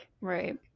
Right